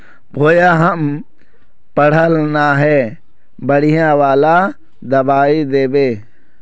भैया हम पढ़ल न है बढ़िया वाला दबाइ देबे?